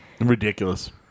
Ridiculous